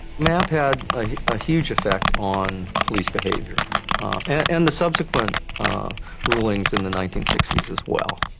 mapp had a huge effect on police behavior and the subsequent rulings in the nineteen sixty s as well.